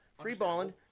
free-balling